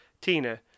Tina